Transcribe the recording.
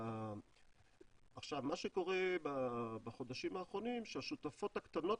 מה שקורה בחודשים האחרונים שהשותפות הקטנות